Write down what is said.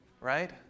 Right